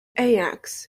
ajax